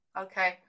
Okay